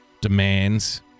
demands